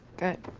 good.